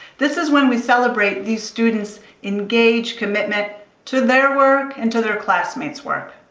this is when we celebrate these students' engaged commitment to their work and to their classmates' work.